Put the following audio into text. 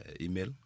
email